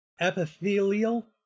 epithelial